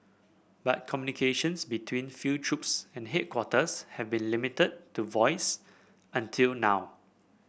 but communications between field troops and headquarters have been limited to voice until now